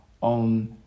on